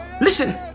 listen